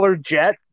jet